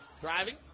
Driving